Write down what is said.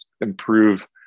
improve